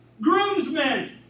groomsmen